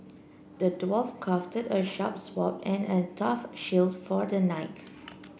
the dwarf crafted a sharp sword and a tough shield for the knight